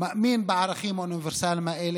מאמין בערכים האוניברסליים האלה,